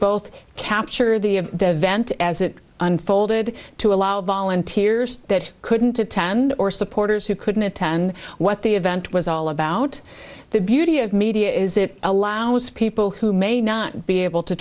both capture the vent as it unfolded to allow volunteers that couldn't attend or supporters who couldn't attend what the event was all about the beauty of media is it allows people who may not be able to